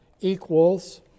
Equals